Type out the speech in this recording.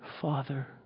Father